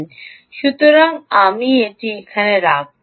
সুতরাং আমি এটি এখানে রাখব